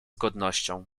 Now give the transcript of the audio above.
godnością